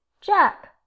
Jack